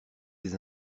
des